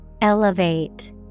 Elevate